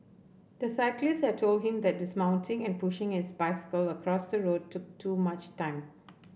the cyclist had told him that dismounting and pushing his bicycle across the road took too much time